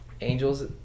angels